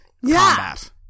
combat